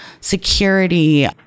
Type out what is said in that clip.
security